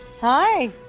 Hi